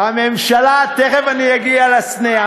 תכף אני אגיע לסנה.